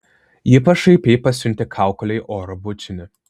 ji pašaipiai pasiuntė kaukolei oro bučinį